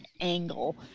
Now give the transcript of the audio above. angle